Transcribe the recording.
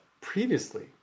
previously